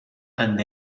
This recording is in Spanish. and